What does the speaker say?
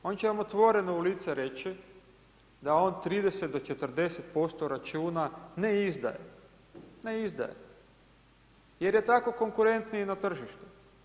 On će vam otvoreno u lice reći da on 30 do 40% računa ne izdaje, ne izdaje jer je tako konkurentniji na tržištu.